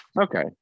okay